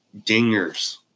dingers